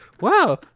wow